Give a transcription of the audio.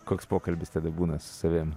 koks pokalbis tada būna su savim